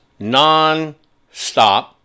nonstop